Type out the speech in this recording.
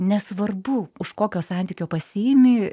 nesvarbu už kokio santykio pasiimi